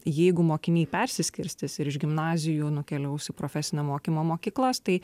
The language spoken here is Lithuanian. jeigu mokiniai persiskirstys ir iš gimnazijų nukeliaus į profesinio mokymo mokyklas tai